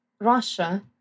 Russia